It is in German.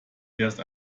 erst